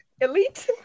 Elite